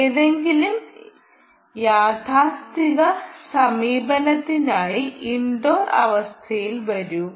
ഏതെങ്കിലും യാഥാസ്ഥിതിക സമീപനത്തിനായി ഇൻഡോർ അവസ്ഥയിൽ വരൂ